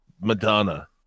madonna